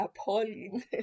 appalling